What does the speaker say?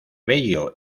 bello